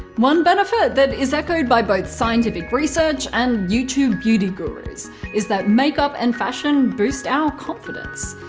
one benefit that is echoed by both scientific research and youtube beauty gurus is that makeup and fashion boost our confidence,